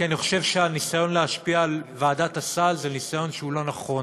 כי אני חושב שהניסיון להשפיע על ועדת הסל זה ניסיון שהוא לא נכון.